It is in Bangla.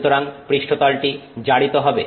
সুতরাংপৃষ্ঠতলটি জারিত হবে